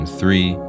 three